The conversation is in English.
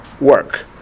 work